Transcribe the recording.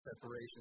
separation